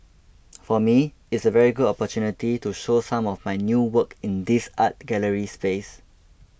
for me it's a very good opportunity to show some of my new work in this art gallery space